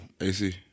AC